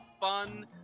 fun